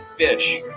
Fish